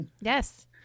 Yes